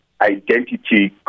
identity